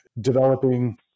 developing